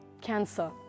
cancer